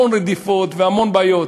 המון רדיפות והמון בעיות,